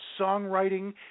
songwriting